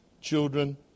children